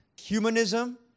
humanism